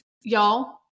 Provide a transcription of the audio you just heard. Y'all